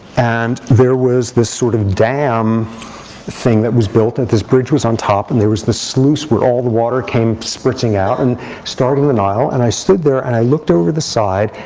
and there was this sort of dam thing that was built that this bridge was on top. and there was this sluice where all the water came spritzing out, and started the nile. and i stood there. and i looked over the side.